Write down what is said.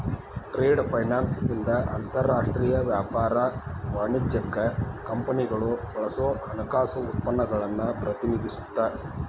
trade finance ಇಂದ ಅಂತರಾಷ್ಟ್ರೇಯ ವ್ಯಾಪಾರ ವಾಣಿಜ್ಯಕ್ಕ ಕಂಪನಿಗಳು ಬಳಸೋ ಹಣಕಾಸು ಉತ್ಪನ್ನಗಳನ್ನ ಪ್ರತಿನಿಧಿಸುತ್ತ